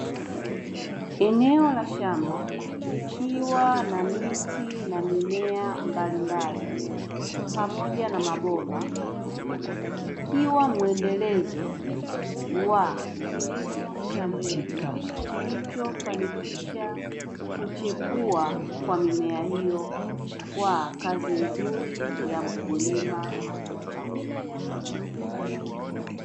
Eneo la shamba likiwa na miti na mimea mbalimbali pamoja na mabomba, ikiwa muendelezo wa kilimo cha mbegu kilichofanikisha kuchepua kwa mimea hiyo kwa kazi nzuri ya mkulima aliyofanya.